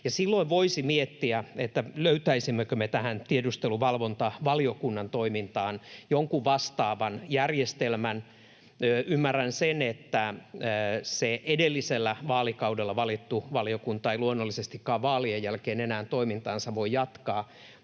Silloin voisi miettiä, löytäisimmekö me tähän tiedusteluvalvontavaliokunnan toimintaan jonkun vastaavan järjestelmän. Ymmärrän sen, että se edellisellä vaalikaudella valittu valiokunta ei luonnollisestikaan vaalien jälkeen enää toimintaansa voi jatkaa,